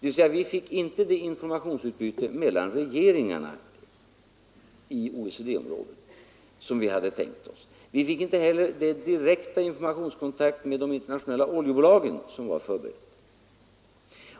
Vi fick inte ett sådant informationsutbyte mellan regeringarna inom OECD-området som vi hade tänkt oss. Vi fick inte heller den direkta informationskontakt med de internationella oljebolagen som var förberedd.